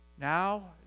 Now